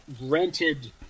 rented